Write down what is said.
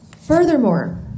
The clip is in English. Furthermore